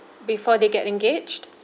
before they get engaged